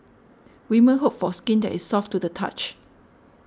women hope for skin that is soft to the touch